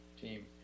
team